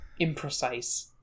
imprecise